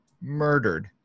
Murdered